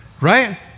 right